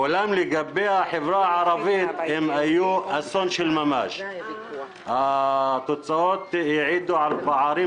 לגבי החברה הערבית הן היו אסון של ממש: התוצאות העידו על פערים